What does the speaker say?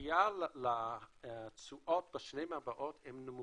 הציפייה לתשואות בשנים הבאות הן נמוכות.